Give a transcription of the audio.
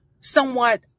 somewhat